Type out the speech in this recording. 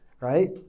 right